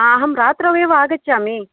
अहम् रात्रौ एव आगच्छामि